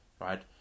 right